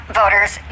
voters